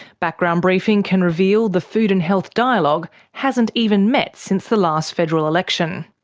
background briefing can reveal the food and health dialogue hasn't even met since the last federal election.